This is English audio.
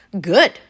Good